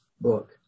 book